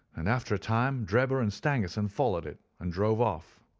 and after a time drebber and stangerson followed it, and drove off.